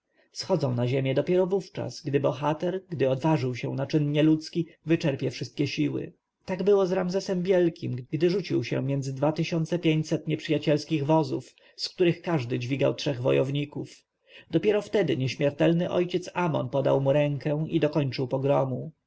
schodzą na ziemię dopiero wówczas gdy bohater który odważył się na czyn nadludzki wyczerpie wszystkie siły tak było z ramzesem wielkim gdy rzucił się między dwa tysiące pięćset nieprzyjacielskich wozów z których każdy dźwigał trzech wojowników dopiero wtedy nieśmiertelny ojciec amon podał mu rękę i dokończył pogromu